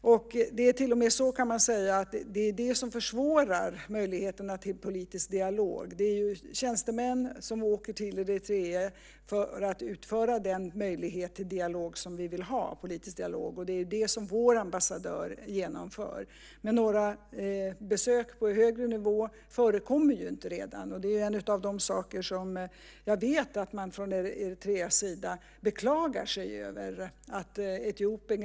Det är till och med så att det är detta som försvårar möjligheterna till politisk dialog. Det är tjänstemän som åker till Eritrea för att pröva den möjlighet till politisk dialog som vi vill ha, och det är det som vår ambassadör genomför. Men det förekommer inga besök på högre nivå, och det är en av de saker som jag vet att man beklagar sig över från Eritreas sida.